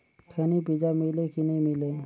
खैनी बिजा मिले कि नी मिले?